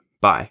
Bye